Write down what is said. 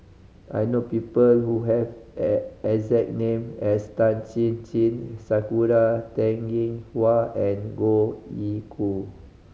I know people who have the exact name as Tan Chin Chin Sakura Teng Ying Hua and Goh Ee Choo